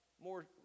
more